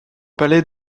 palais